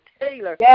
Taylor